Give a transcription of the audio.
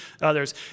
others